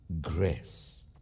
grace